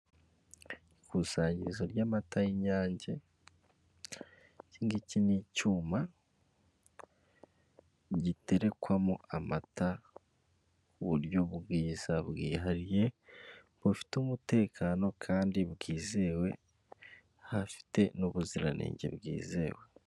Ikusanyirizo ry'amata y'inyange, ikingiki ni icyuma giterekwamo amata ku buryo bwiza bwihariye bufite umutekano kandi bwizewe, ho afite n'ubuziranenge bwizewe.